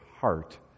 heart